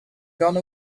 gone